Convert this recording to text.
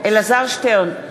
אלעזר שטרן,